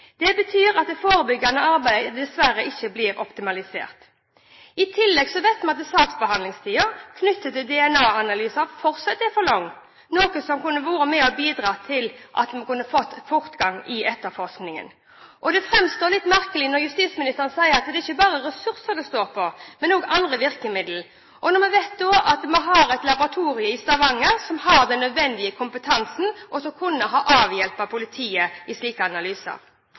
Det betyr at det forebyggende arbeidet dessverre ikke blir optimalisert. I tillegg vet vi at saksbehandlingstiden knyttet til DNA-analyser fortsatt er for lang – analyser som kunne bidratt til å få fortgang i etterforskningen. Det framstår litt merkelig når justisministeren sier at det ikke bare er ressurser det står på, men også andre virkemidler, når vi vet at et laboratorium i Stavanger har den nødvendige kompetansen og kunne avhjulpet politiet med slike analyser.